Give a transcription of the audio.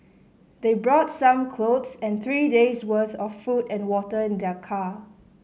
they brought some clothes and three days' worth of food and water in their car